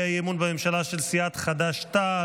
אי-אמון בממשלה של סיעת חד"ש-תע"ל.